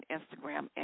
Instagram